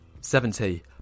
seventy